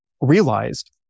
realized